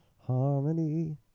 Harmony